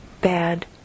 bad